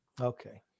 Okay